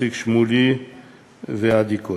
איציק שמולי ועדי קול.